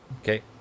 Okay